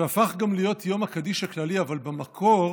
שהפך גם להיות יום הקדיש הכללי, אבל במקור